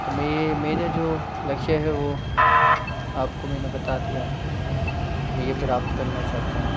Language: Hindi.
तो मैं ये मेरे जो लक्ष्य है वो आपको मैंने बता दिया है मैं ये प्राप्त करना चाहता हूँ